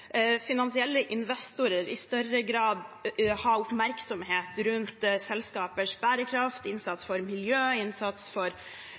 finansielle investorer i større grad har oppmerksomhet rundt selskapers bærekraft,